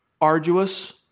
arduous